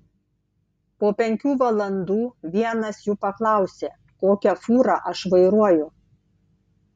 po penkių valandų vienas jų paklausė kokią fūrą aš vairuoju